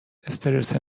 استرس